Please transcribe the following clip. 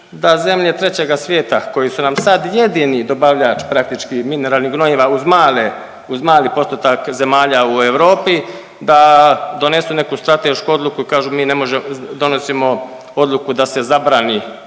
da zemlje trećega svijeta koje su nam sad jedini dobavljač praktički mineralnih gnojiva uz male, uz mali postotak zemalja u Europi da donesu neku stratešku odluku i kažu mi ne možemo, donosimo odluku da se zabrani